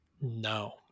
No